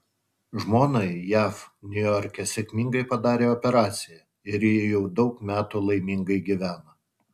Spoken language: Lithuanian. žmonai jav niujorke sėkmingai padarė operaciją ir ji jau daug metų laimingai gyvena